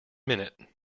minute